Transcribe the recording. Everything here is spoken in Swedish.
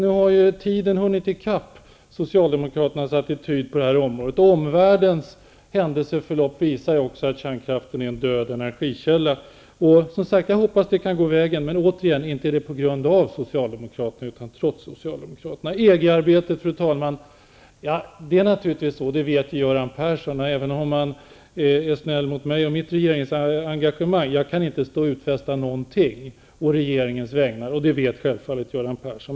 Tiden har nu hunnit i kapp socialdemokraternas attityd på det här området. Händelseförloppet i omvärlden visar också att kärnkraften är en död energikälla. Som sagt, jag hoppas att avvecklingen kommer att gå vägen, men inte är det på grund av socialdemokraternas insatser utan trots dem. Fru talman! Även om Göran Persson är snäll mot mig och mitt regeringsengagemang, vet ju Göran Persson att jag inte kan stå och utfästa någonting på regeringens vägnar när det gäller EG-arbetet.